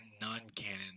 non-canon